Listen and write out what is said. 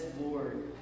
Lord